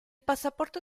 passaporto